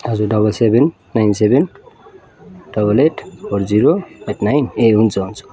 हजुर double seven nine seven double eight four zero eight nine ए हुन्छ हुन्छ